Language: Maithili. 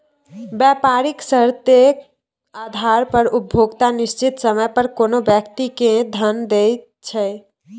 बेपारिक शर्तेक आधार पर उपभोक्ता निश्चित समय पर कोनो व्यक्ति केँ धन दैत छै